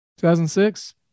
2006